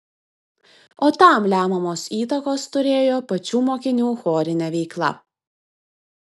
o tam lemiamos įtakos turėjo pačių mokinių chorinė veikla